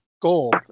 Gold